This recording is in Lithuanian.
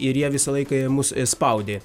ir jie visą laiką mus išspaudė